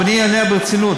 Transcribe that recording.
אבל אני אענה ברצינות,